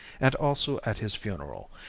and also at his funeral,